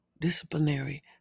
disciplinary